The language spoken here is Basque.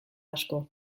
asko